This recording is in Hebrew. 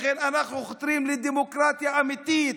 לכן אנחנו חותרים לדמוקרטיה אמיתית,